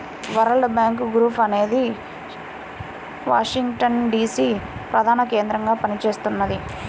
world Bank Group అనేది Washington DC ప్రధానకేంద్రంగా పనిచేస్తున్నది